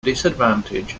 disadvantage